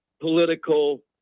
political